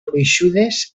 gruixudes